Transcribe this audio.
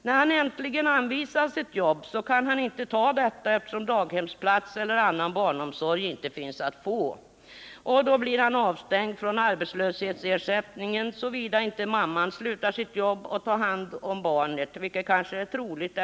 När han äntligen anvisas ett jobb, kan han inte ta detta eftersom daghemsplats eller annan barnomsorg inte finns att få. Då blir han avstängd från arbetslöshetsersättningen såvida inte mamman slutar sitt jobb och tar hand om barnet.